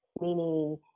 meaning